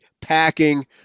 packing